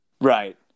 right